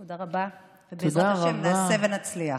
תודה רבה, ובעזרת השם נעשה ונצליח.